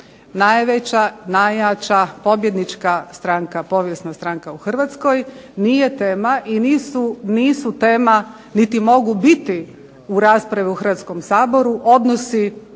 najveća, najjača, pobjednička stranka, povijesna stranka u Hrvatskoj. Nije tema i nisu tema niti mogu biti u raspravi u Hrvatskom saboru odnosni